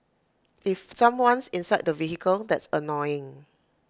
if someone's inside the vehicle that's annoying